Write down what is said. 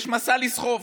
יש משא לסחוב.